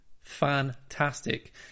fantastic